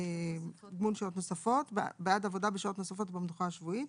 בעד עבודה בשעות נוספות או במנוחה השבועית,